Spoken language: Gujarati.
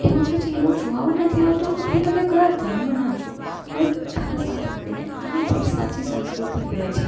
એમાં પછી એવું જોવામાં નથી આવતું કે ભાઈ તમે કયા ધર્મના છો બધા સાથે મળીને આને જ એક સાચી સંસ્કૃતિ કહેવાય છે